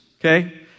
Okay